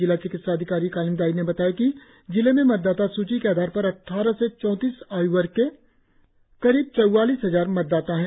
जिला चिकित्सा अधिकारी कालिंग दाई ने बताया कि जिले में मतदाता सूची के आधार पर अड्डारह से चौवालीस आय् वर्ग के करीब चौवालीस हजार मतदाता है